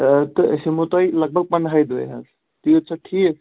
تہٕ أسۍ یِمو تۄہہِ لگ بگ پَنٛداہہِ دۄیہِ حظ تیٛوٗت چھا ٹھیٖک